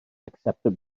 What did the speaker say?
accepted